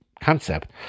concept